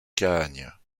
cahagnes